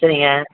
சரிங்க